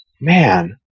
man